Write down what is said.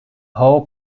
hall